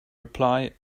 reply